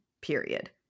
period